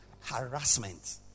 Harassment